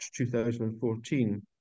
2014